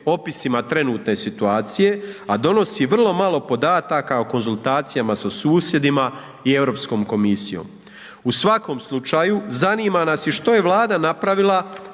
opisima trenutne situacije, a donosi vrlo malo podataka o konzultacijama sa susjedima i Europskom komisijom. U svakom slučaju zanima nas i što je Vlada napravila